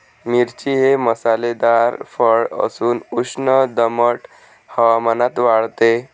मिरची हे मसालेदार फळ असून उष्ण दमट हवामानात वाढते